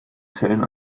zellen